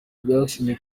byasinye